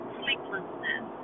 sleeplessness